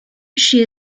she